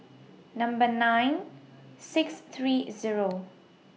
Number nine six three Zero